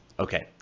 Okay